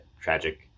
tragic